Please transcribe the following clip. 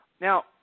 Now